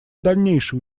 дальнейшее